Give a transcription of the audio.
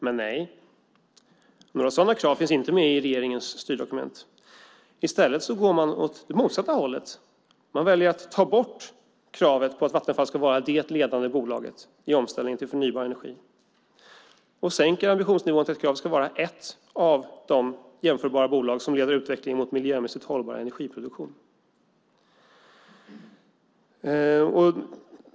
Men, nej, några sådana krav finns inte med i regeringens styrdokument. I stället går man åt det motsatta hållet. Man väljer att ta bort kravet på att Vattenfall ska vara det ledande bolaget i omställningen till förnybar energi och sänker ambitionsnivån till att kravet ska vara att det ska vara ett av de jämförbara bolag som leder utvecklingen mot miljömässigt hållbar energiproduktion.